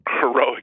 heroic